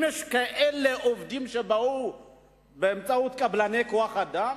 אם יש עובדים שבאו באמצעות קבלני כוח-אדם,